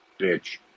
bitch